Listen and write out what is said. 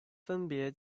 分别